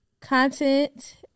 content